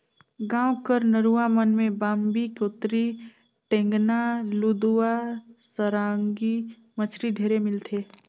गाँव कर नरूवा मन में बांबी, कोतरी, टेंगना, लुदवा, सरांगी मछरी ढेरे मिलथे